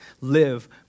live